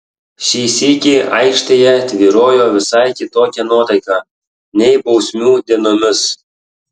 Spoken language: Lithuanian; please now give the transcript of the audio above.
šį sykį aikštėje tvyrojo visai kitokia nuotaika nei bausmių dienomis